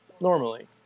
normally